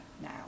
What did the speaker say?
now